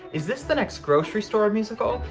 is this the next grocery store musical?